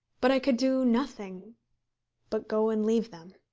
but i could do nothing but go and leave them.